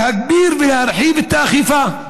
להגביר ולהרחיב את האכיפה,